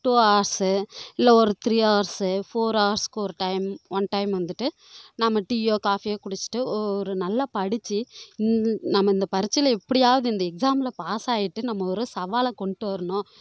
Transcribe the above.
two horse இல்லை ஒரு three horse four ஹார்ஸ்ஸுக்கு ஒரு டைம் ஒன் டைம் வந்துவிட்டு நாம் டீயோ காஃபியோ குடிச்சுட்டு ஒரு நல்லா படித்து நம்ம இந்த பரீட்சையில் எப்படியாது இந்த எக்ஸாமில் பாஸ் ஆகிட்டு நம்ம ஒரு சவாலை கொண்டுட்டு வரணும்